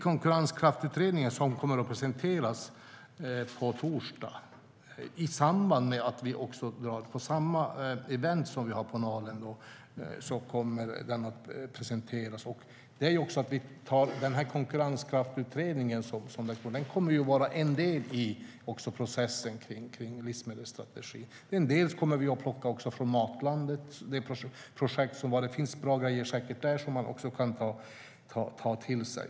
Konkurrenskraftsutredningen kommer att presenteras på torsdag, i samband med det event vi har på Nalen, och den kommer att vara en del i processen kring en livsmedelsstrategi. En del kommer vi även att plocka från projektet Matlandet Sverige; det finns säkert bra grejer där som man kan ta till sig.